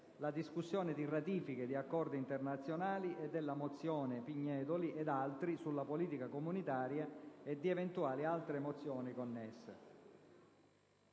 la discussione di ratifiche di accordi internazionali e della mozione Pignedoli ed altri sulla politica agricola comunitaria e di eventuali altre mozioni connesse.